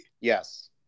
Yes